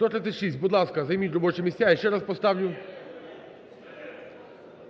За-136 Будь ласка, займіть робочі місця, я ще раз поставлю.